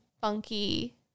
funky